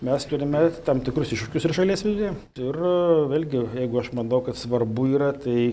mes turime tam tikrus iššūkius ir šalies viduje ir vėlgi jeigu aš manau kad svarbu yra tai